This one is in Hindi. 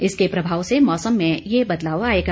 इसके प्रभाव से मौसम में ये बदलाव आयेगा